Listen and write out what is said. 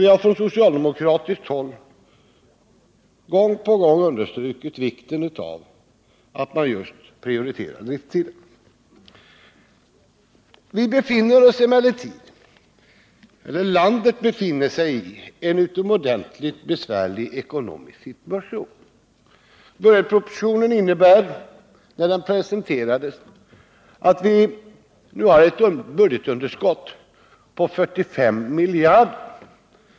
Vi har från socialdemokratiskt håll gång på gång understrukit vikten av att just prioritera driftsidan. Landet befinner sig emellertid i en utomordentligt besvärlig ekonomisk situation. I budgetpropositionen presenterades ett budgetunderskott på 45 miljarder.